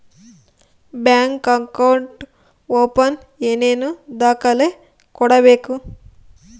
Bank account open ಏನೇನು ದಾಖಲೆ ಕೊಡಬೇಕು?